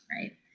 Right